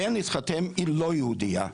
הבן התחתן עם לא יהודייה.